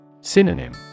Synonym